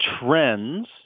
trends